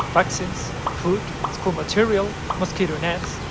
vaccines, food, school material, mosquito nets,